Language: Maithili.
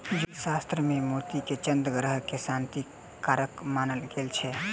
ज्योतिष शास्त्र मे मोती के चन्द्र ग्रह के शांतिक कारक मानल गेल छै